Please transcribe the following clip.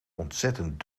ontzettend